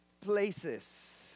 places